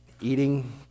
eating